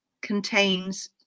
contains